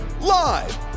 live